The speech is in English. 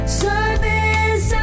service